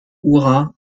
hurrahs